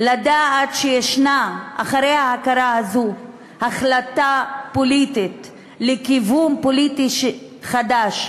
לדעת שיש מאחורי ההכרה הזאת החלטה פוליטית על כיוון פוליטי חדש,